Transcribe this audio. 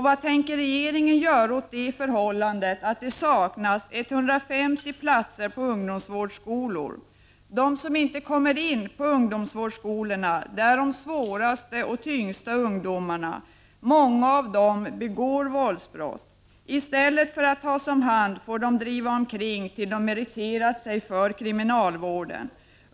Vad tänker regeringen göra åt det förhållandet att det saknas 150 platser på ungdomsvårdsskolor? De som inte kommer in på ungdomsvårdsskolorna är de svåraste och tyngst belastade ungdomarna. Många av dem begår våldsbrott. I stället för att tas om hand får de driva omkring tills de har meriterat sig för kriminalvården.